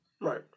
Right